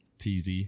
tz